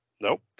nope